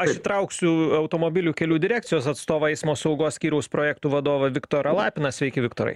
aš įtrauksiu automobilių kelių direkcijos atstovą eismo saugos skyriaus projektų vadovą viktorą lapiną sveiki viktorai